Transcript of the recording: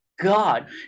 God